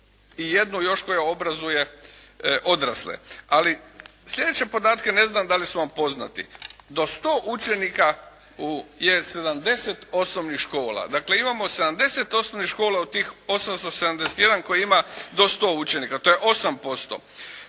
i jednu još koja obrazuje odrasle. Ali sljedeće podatke ne znam da li su vam poznati. Do 100 učenika je u 70 osnovnih škola. Dakle imamo 70 osnovnih škola od tih 871 koje ima do 100 učenika to je 8%.